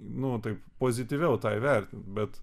nu taip pozityviau tą įvertint bet